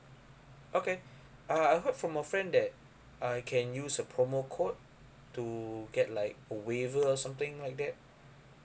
okay uh I heard from my friend that I can use a promo code to get like a waiver something like that